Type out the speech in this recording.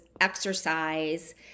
exercise